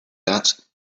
that